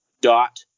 dot